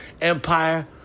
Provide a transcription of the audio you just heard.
Empire